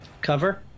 cover